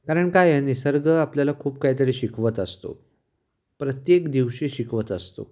कारण काय आहे निसर्ग आपल्याला खूप काहीतरी शिकवत असतो प्रत्येक दिवशी शिकवत असतो